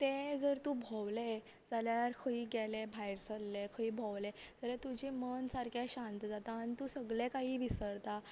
तें जर तूं भोंवले जाल्यार खंय गेले भायर सरले खंय भोंवले जाल्यार तुजें मन सारके शांत जाता आनी तूं सगलें काही विसरता